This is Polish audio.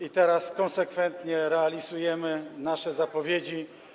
i teraz konsekwentnie realizujemy nasze zapowiedzi.